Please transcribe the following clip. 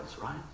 right